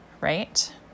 right